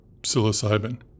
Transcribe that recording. psilocybin